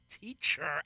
teacher